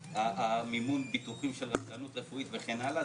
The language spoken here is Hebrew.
כמו מימון הביטוחים של רשלנות רפואית וכן הלאה,